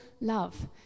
love